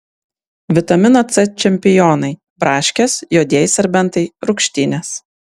vitamino c čempionai braškės juodieji serbentai rūgštynės